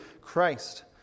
Christ